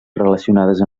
relacionades